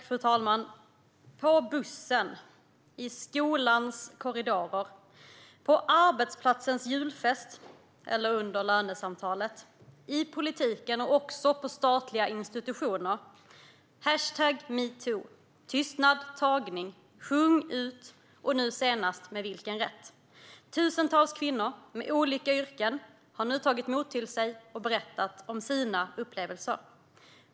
Fru talman! Det har hänt på bussen, i skolans korridorer, på arbetsplatsens julfest eller under lönesamtalet, i politiken och också på statliga institutioner. Under #metoo, #tystnadtagning, #sjungut och nu senast #medvilkenrätt har tusentals kvinnor med olika yrken nu tagit mod till sig och berättat om sina upplevelser.